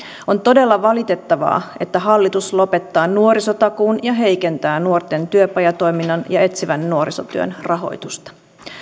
on todella valitettavaa että hallitus lopettaa nuorisotakuun ja heikentää nuorten työpajatoiminnan ja etsivän nuorisotyön rahoitusta